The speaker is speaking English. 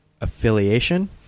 affiliation